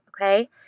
Okay